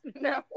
No